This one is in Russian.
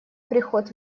приход